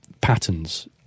patterns